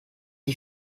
die